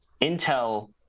Intel